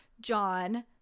John